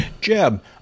Jeb